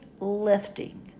lifting